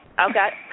Okay